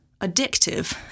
Addictive